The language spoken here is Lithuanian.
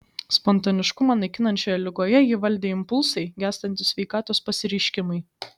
spontaniškumą naikinančioje ligoje jį valdė impulsai gęstantys sveikatos pasireiškimai